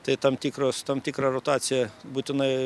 tai tam tikros tam tikra rotacija būtinai